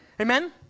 Amen